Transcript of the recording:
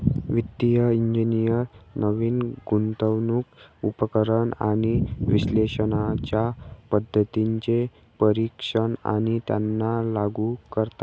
वित्तिय इंजिनियर नवीन गुंतवणूक उपकरण आणि विश्लेषणाच्या पद्धतींचे परीक्षण आणि त्यांना लागू करतात